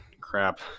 crap